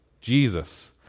Jesus